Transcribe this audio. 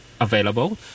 Available